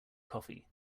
coffee